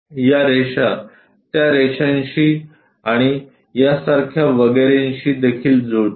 या रेषा त्या रेषांशी आणि यासारख्या वगैरेशी देखील जुळतात